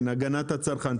10% משתנה?